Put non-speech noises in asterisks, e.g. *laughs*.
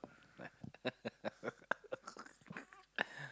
*laughs*